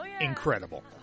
incredible